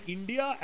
India